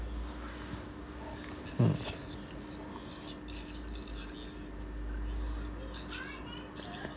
mm